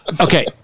Okay